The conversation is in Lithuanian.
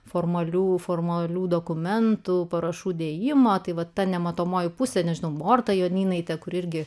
formalių formalių dokumentų parašų dėjimo tai va ta nematomoji pusė nežinome morta jonynaite kuri irgi